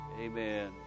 Amen